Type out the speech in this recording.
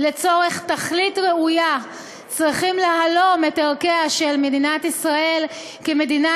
לצורך תכלית ראויה צריכים להלום את ערכיה של מדינת ישראל כמדינה